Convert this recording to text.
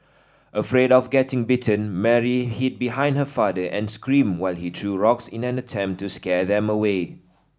afraid of getting bitten Mary hid behind her father and screamed while he threw rocks in an attempt to scare them away